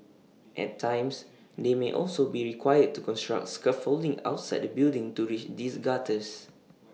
at times they may also be required to construct scaffolding outside the building to reach these gutters